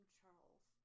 Charles